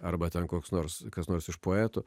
arba ten koks nors kas nors iš poetų